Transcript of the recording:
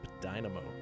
Dynamo